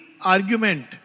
argument